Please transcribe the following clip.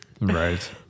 Right